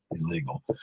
illegal